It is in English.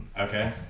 okay